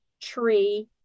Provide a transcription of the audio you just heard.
tree